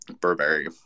Burberry